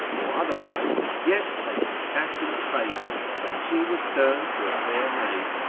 or otherwise, yet as the cat in the fable, when she was turned to a fair maid,